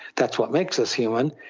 that's what makes us human.